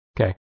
okay